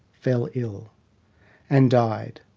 fell ill and died.